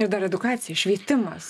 ir dar edukacija švietimas